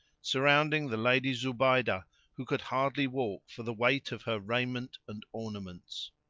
surrounding the lady zubaydah who could hardly walk for the weight of her raiment and ornaments.